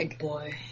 boy